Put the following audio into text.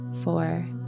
four